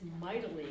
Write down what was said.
mightily